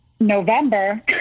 November